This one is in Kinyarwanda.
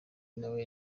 nawe